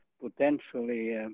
potentially